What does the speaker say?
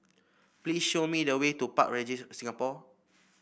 please show me the way to Park Regis Singapore